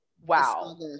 wow